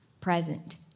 Present